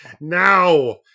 now